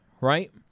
right